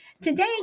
today